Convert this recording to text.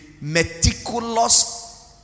meticulous